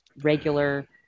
regular